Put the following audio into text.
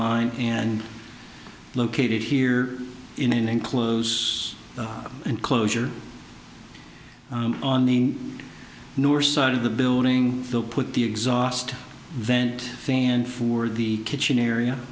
line and located here in and close the enclosure on the north side of the building they'll put the exhaust vent fan for the kitchen area